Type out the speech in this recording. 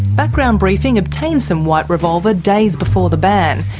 background briefing obtained some white revolver days before the ban,